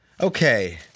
Okay